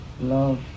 Love